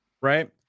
right